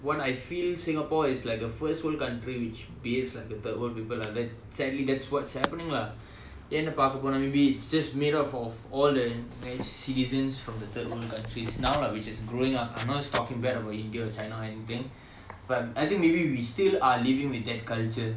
what I'd feel singapore is like a first world country which behaves like a third world people lah sadly that's what's happening lah ஏன்னு பாக்க போனா:yaennu paakka ponaa maybe it's just made up of all the citizens from the third world countries now lah which is growing up I'm not talking bad about india china or anything but I think maybe we still are living with that culture